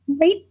Right